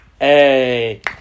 hey